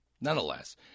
nonetheless